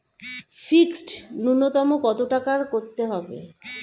Fixed নুন্যতম কত টাকা করতে হবে?